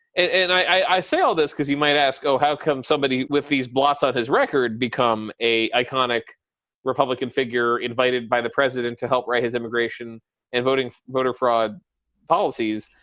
and i say all this because you might ask, how come somebody with these blots out his record become a iconic republican figure invited by the president to help write his immigration and voting voter fraud policies?